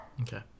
Okay